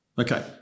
Okay